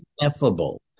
ineffable